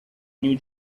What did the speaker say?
new